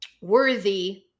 worthy